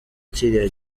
kiriya